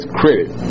credit